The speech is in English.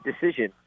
decision